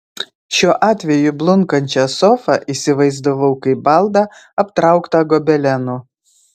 šiuo atveju blunkančią sofą įsivaizdavau kaip baldą aptrauktą gobelenu